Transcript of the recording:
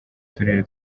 turere